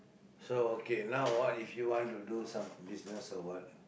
so okay now what if you want to do some business or what